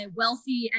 wealthy